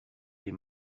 les